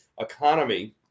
economy